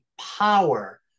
power